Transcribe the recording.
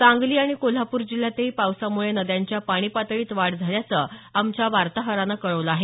सांगली आणि कोल्हापूर जिल्ह्यातही पावसामुळे नद्यांच्या पाणी पातळीत वाढ झाल्याचं आमच्या वार्ताहरानं कळवलं आहे